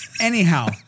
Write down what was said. Anyhow